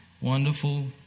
wonderful